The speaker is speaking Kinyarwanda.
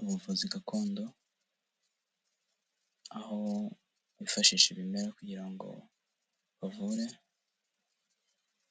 Ubuvuzi gakondo, aho bifashisha ibimera kugira ngo bavure,